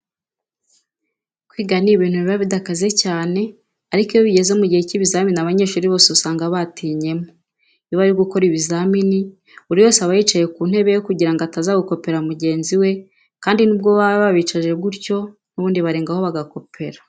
Kwiga ni ibintu biba bidakaze cyane ariko iyo bigeze mu gihe cy'ibizamini abanyeshuri bose usanga batinyemo. Iyo bari gukora ibizamini buri wese aba yicaye ku ntebe ye kugira ngo ataza gukopera mugenzi we kandi nubwo baba babicaje gutyo n'ubundi barengaho bagakopera.